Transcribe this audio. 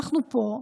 אנחנו פה,